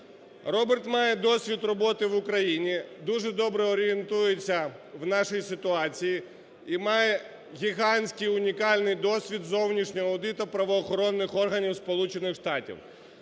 Роберт має досвід роботи в Україні, дуже добре орієнтується у нашій ситуації і має гігантській унікальний досвід зовнішнього аудиту правоохоронних органів